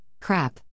crap